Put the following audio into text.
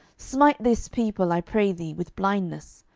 smite this people, i pray thee, with blindness.